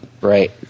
Right